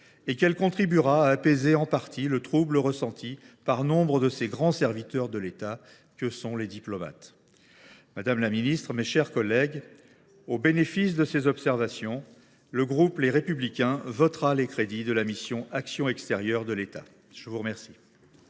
et qu’elle contribue à apaiser en partie le trouble ressenti par nombre de ces grands serviteurs de l’État que sont les diplomates. Madame la ministre, mes chers collègues, au bénéfice de ces observations, le groupe Les Républicains votera les crédits de la mission « Action extérieure de l’État ». La parole